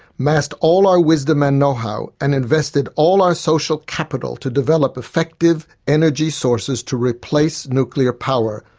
massed all our wisdom and know-how, and invested all our social capital to develop effective energy sources to replace nuclear power,